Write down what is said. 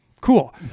Cool